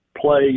Play